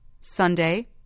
Sunday